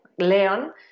Leon